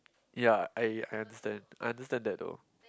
ya I I understand I understand that though